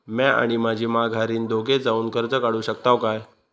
म्या आणि माझी माघारीन दोघे जावून कर्ज काढू शकताव काय?